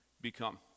become